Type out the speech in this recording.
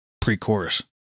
pre-chorus